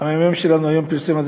הממ"מ שלנו פרסם היום,